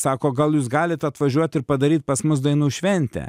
sako gal jūs galit atvažiuot ir padaryt pas mus dainų šventę